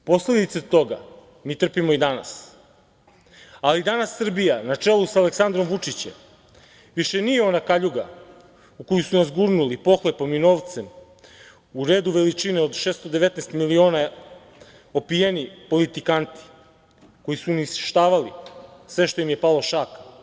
Posledice toga mi trpimo i danas, ali danas Srbija na čelu sa Aleksandrom Vučićem više nije ona kaljuga u koju su nas gurnuli pohlepom i novcem u redu veličine od 619 miliona opijeni politikanti, koji su uništavali sve što im je palo šaka.